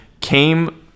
came